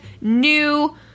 new